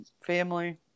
family